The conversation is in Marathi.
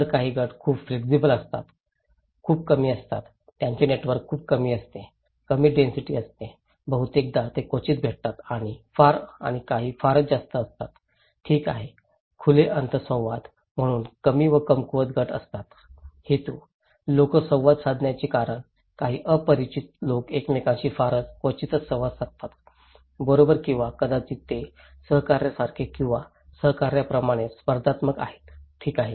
तर काही गट खूप फ्लेक्सिबल असतात खूप कमी असतात त्यांचे नेटवर्क खूप कमी असते कमी डेन्सिटी असते बहुतेकदा ते क्वचितच भेटतात आणि काही फारच जास्त असतात ठीक आहे खुले अंत संवाद म्हणून कमी व कमकुवत गट असतात हेतू लोक संवाद साधण्याचे कारण काही अतिपरिचित लोक एकमेकांशी फारच क्वचितच संवाद साधतात बरोबर किंवा कदाचित ते सहकार्यांसारखे किंवा सहकार्यांसारखे स्पर्धात्मक आहेत ठीक आहे